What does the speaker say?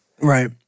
Right